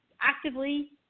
actively